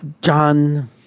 John